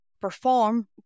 perform